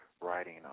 writing